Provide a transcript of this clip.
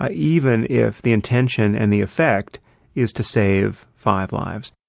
ah even if the intention and the effect is to save five lives.